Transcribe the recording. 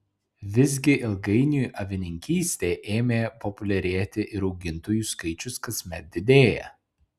visgi ilgainiui avininkystė ėmė populiarėti ir augintojų skaičius kasmet didėja